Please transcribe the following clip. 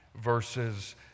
verses